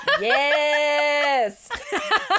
Yes